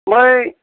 बै